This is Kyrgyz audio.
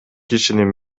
кишинин